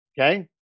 Okay